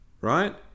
right